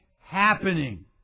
happening